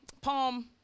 Palm